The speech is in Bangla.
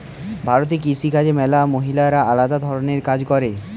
ভারতে কৃষি কাজে ম্যালা মহিলারা আলদা ধরণের কাজ করে